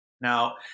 Now